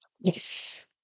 Yes